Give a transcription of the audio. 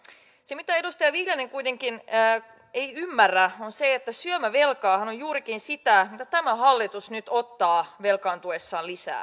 se mitä edustaja viljanen kuitenkaan ei ymmärrä on se että syömävelkahan on juurikin sitä mitä tämä hallitus nyt ottaa velkaantuessaan lisää